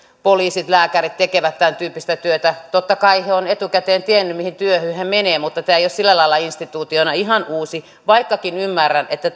poliisit lääkärit tekevät tämän tyyppistä työtä totta kai he ovat etukäteen tienneet mihin työhön he menevät mutta tämä ei ole sillä lailla instituutiona ihan uusi vaikkakin ymmärrän että